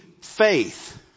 faith